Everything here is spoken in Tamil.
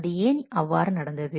அது ஏன் அவ்வாறு நடந்தது